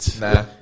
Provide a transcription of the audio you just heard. Nah